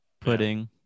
pudding